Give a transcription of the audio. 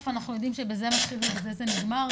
אנחנו יודעים שבזה זה מתחיל ובזה זה נגמר,